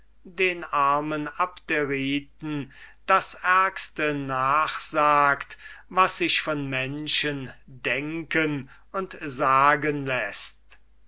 machenden armen abderiten das ärgste nachsagt was sich von menschen denken und sagen läßt